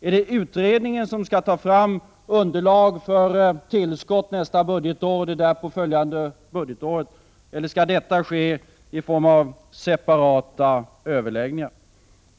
Är det utredningen som skall ta fram underlag för tillskott nästa budgetår och det därpå följande budgetåret, eller skall detta ske i form av separata överläggningar?